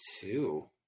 two